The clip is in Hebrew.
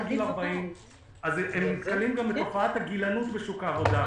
גיל 40. הם נתקלים גם בתופעה הגילנות בשוק העבודה.